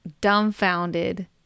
dumbfounded